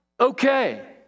Okay